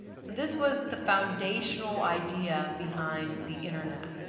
so this was the foundational idea behind the internet.